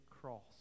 cross